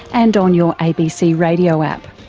and on your abc radio app,